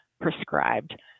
prescribed